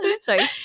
Sorry